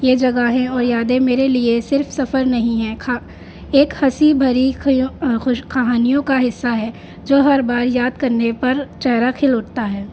یہ جگہیں اور یادیں میرے لیے صرف سفر نہیں ہیں ایک ہنسی بھری کہانیوں کا حصہ ہے جو ہر بار یاد کرنے پر چہرا کھل اٹھتا ہے